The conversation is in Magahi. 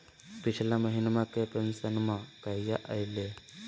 पिछला महीना के पेंसनमा कहिया आइले?